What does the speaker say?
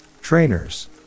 Trainers